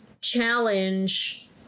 challenge